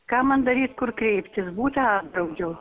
ką man daryt kur kreiptis būtą apdraudžiau